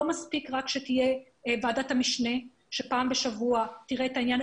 לא מספיק שתהיה רק ועדת המשנה שתראה פעם בשבוע את העניין,